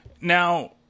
Now